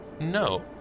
No